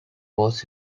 was